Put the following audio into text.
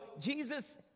Jesus